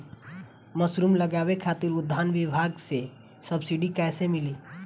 Mushroom लगावे खातिर उद्यान विभाग से सब्सिडी कैसे मिली?